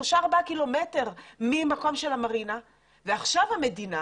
שלושה-ארבעה קילומטרים ממקום המרינה ועכשיו המדינה